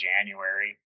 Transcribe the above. january